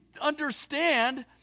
understand